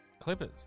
Clippers